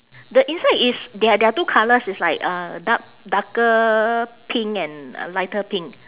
the inside is there are there are two colours it's like a dark darker pink and a lighter pink